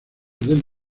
del